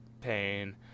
pain